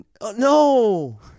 no